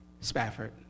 Spafford